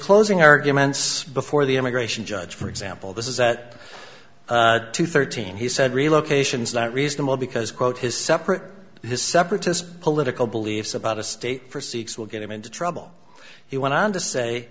closing arguments before the immigration judge for example this is at two thirteen he said relocations not reasonable because quote his separate his separatist political beliefs about a state for sex will get him into trouble he went on to say